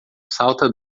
salta